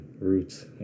roots